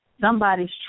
somebody's